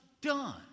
done